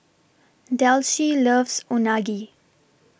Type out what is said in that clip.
Delcie loves Unagi